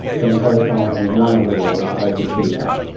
then growth hormone is one of the ways to help achieve that.